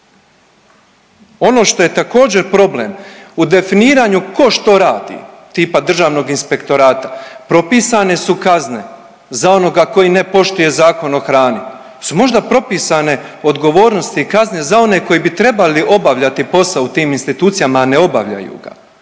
Ono što je također problem u definiranju tko što radi tipa Državnog inspektorata propisane su kazne za onoga koji ne poštuje Zakon o hrani. Jesu možda propisane odgovornosti i kazne za one koji bi trebali obavljati posao u tim institucijama, a ne obavljaju ga.